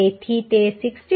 તેથી તે 66